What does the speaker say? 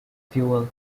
fuel